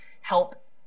help